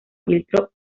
filtro